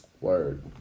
Word